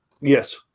Yes